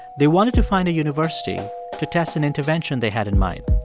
they wanted to find a university to test an intervention they had in mind.